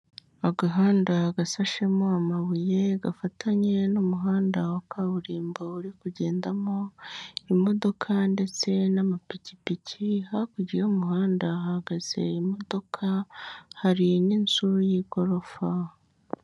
Agahanda agasashemo amabuye, gafatanye n'umuhanda wa kaburimbo uri kugendamo imodoka ndetse n'amapikipiki, hakurya y'umuhanda hahagaze imodoka hari n'inzu y'igorofa.